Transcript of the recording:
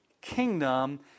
kingdom